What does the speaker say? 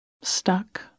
stuck